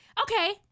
Okay